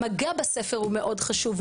המגע בספר הוא מאוד חשוב.